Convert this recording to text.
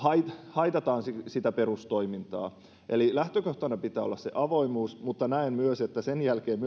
haitataan sitä perustoimintaa eli lähtökohtana pitää olla avoimuus mutta näen myös että sen jälkeen myös